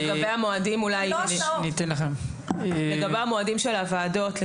לגבי המועדים של הוועדות, לגבי ההחרגה?